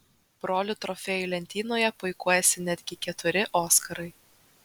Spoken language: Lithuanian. brolių trofėjų lentynoje puikuojasi netgi keturi oskarai